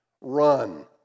run